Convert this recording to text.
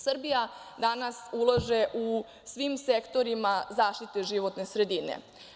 Srbija danas ulaže u svim sektorima zaštite životne sredine.